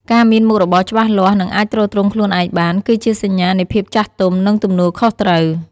ការមានមុខរបរច្បាស់លាស់ និងអាចទ្រទ្រង់ខ្លួនឯងបាន គឺជាសញ្ញានៃភាពចាស់ទុំ និងទំនួលខុសត្រូវ។